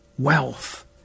wealth